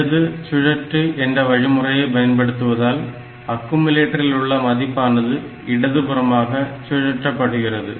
இடது சுழற்று என்ற வழிமுறையை பயன்படுத்துவதால் அக்குமுலேட்டரில் உள்ள மதிப்பானது இடதுபுறமாக சுழற்றப்படுகிறது